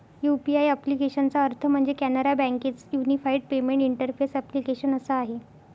UPI ॲप्लिकेशनचा अर्थ म्हणजे, कॅनरा बँके च युनिफाईड पेमेंट इंटरफेस ॲप्लीकेशन असा आहे